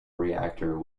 reactor